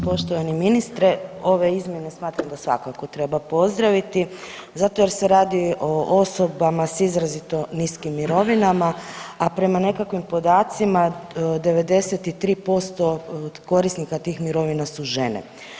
Poštovani ministre ove izmjene smatram da svakako treba pozdraviti zato jer se radi o osobama s izrazito niskim mirovinama, a prema nekakvim podacima 93% korisnika tih mirovina su žene.